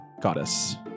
goddess